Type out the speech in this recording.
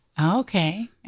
Okay